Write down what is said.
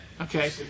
Okay